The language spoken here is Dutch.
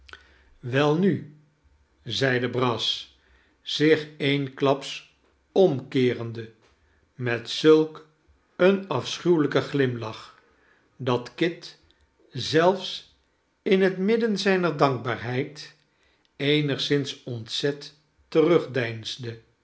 welnu zeide brass zich eensklaps omkeerende met zulk een afschuwelijken glimlach dat kit zelfs in het midden zijner dankbaarheid eenigszins ontzet